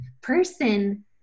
person